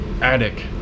attic